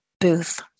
booth